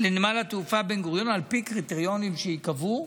לנמל התעופה בן-גוריון על פי קריטריונים שייקבעו.